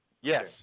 Yes